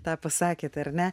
tą pasakėte ar ne